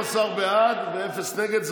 12 בעד, אין נגד.